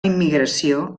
immigració